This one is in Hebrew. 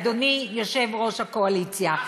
אדוני יושב-ראש הקואליציה?